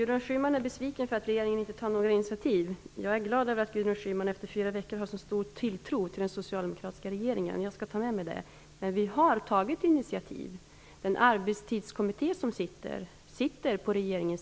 Fru talman! Det är möjligt att jag har en överdriven tilltro till den socialdemokratiska kongressens beslut. Det beklagar jag i så fall.